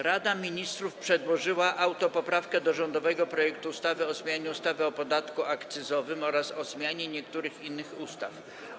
Rada Ministrów przedłożyła autopoprawkę do rządowego projektu ustawy o zmianie ustawy o podatku akcyzowym oraz o zmianie niektórych innych ustaw.